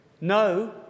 No